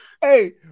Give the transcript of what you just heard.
Hey